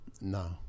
No